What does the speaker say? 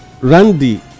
Randy